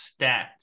Stats